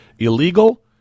Illegal